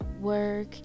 work